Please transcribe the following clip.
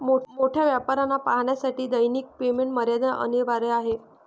मोठ्या व्यापाऱ्यांना पाहण्यासाठी दैनिक पेमेंट मर्यादा अनिवार्य आहे